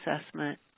assessment